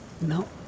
No